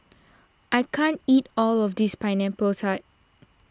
I can't eat all of this Pineapple Tart